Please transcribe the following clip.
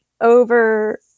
over